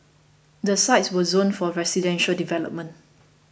the sites were zoned for residential development